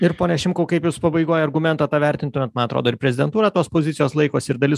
ir pone šimkau kaip jos pabaigoj argumentą tą vertintumėt man atrodo ir prezidentūra tos pozicijos laikosi ir dalis